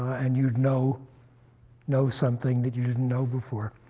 and you'd know know something that you didn't know before.